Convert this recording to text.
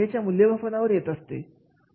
कार्याच्या मूल्यमापनावर येत असते